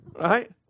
Right